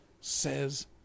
says